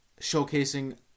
showcasing